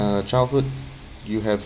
childhood you have